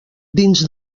dins